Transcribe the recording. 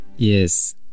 Yes